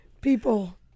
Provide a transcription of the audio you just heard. people